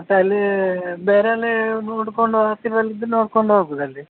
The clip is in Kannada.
ಮತ್ತು ಅಲ್ಲಿ ಬೇರೆ ಅಲ್ಲಿ ನೋಡ್ಕೊಂಡು ಹತ್ತಿರದಲ್ಲಿ ಇದ್ರೆ ನೋಡ್ಕೊಂಡು ಹೋಗುದ್ ಅಲ್ಲಿ